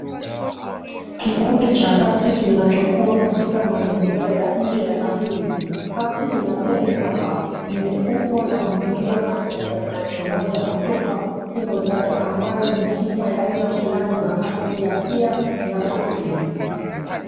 Kikundi cha cacti kinachokuwa katika mazingira ya nje ya asili. Cacti ina pedi bapa zenye umbo la mviringo na miiba inayochomoza kutoka kingo zake, ambayo ni sifa ya aina fulani za cacti ya pia ya prickly .